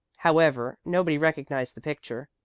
however, nobody recognized the picture.